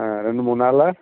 ஆ ரெண்டு மூணு நாளில்